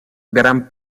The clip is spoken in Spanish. gran